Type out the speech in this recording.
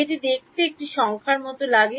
এটি দেখতে একটি সংখ্যার মতো লাগে